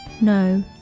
No